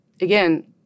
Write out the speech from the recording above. again